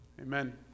Amen